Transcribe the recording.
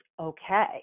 okay